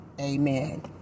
Amen